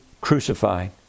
crucified